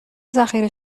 ذخیره